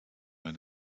wenn